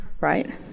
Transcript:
right